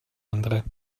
andere